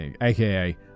aka